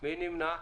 מי נמנע?